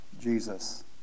Jesus